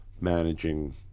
managing